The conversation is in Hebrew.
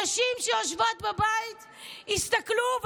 הנשים שיושבות בבית יסתכלו,